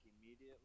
immediately